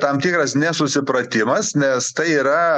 tam tikras nesusipratimas nes tai yra